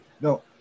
No